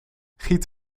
giet